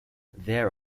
there